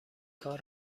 کار